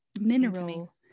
mineral